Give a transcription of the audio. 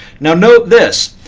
now note this.